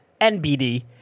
NBD